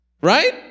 Right